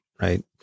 Right